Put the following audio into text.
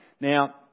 Now